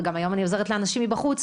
וגם היום אני עוזרת לאנשים מבחוץ,